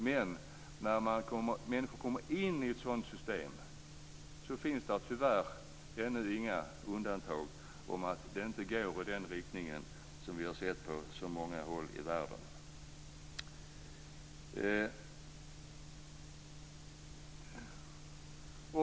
Men när människor kommer in i ett sådant system går det tyvärr utan undantag i den riktning som vi har sett på så många håll i världen.